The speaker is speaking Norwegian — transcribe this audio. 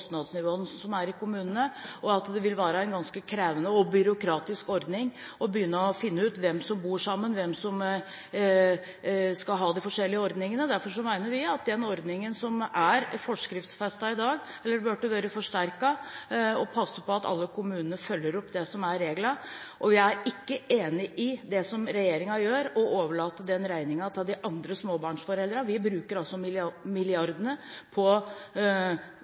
kostnadsnivåene som er i kommunene, og at det vil være en ganske krevende og byråkratisk ordning å begynne å finne ut hvem som bor sammen, hvem som skal ha de forskjellige ordningene. Derfor mener vi at den ordningen som er forskriftsfestet i dag, burde vært forsterket, og at man burde passe på at alle kommunene følger opp reglene. Vi er ikke enig i det som regjeringen gjør – at de overlater den regningen til andre småbarnsforeldre. Vi bruker milliardene på